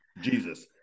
jesus